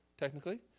technically